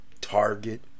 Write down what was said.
Target